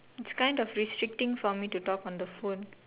it's kind of restricting for me to talk on the phone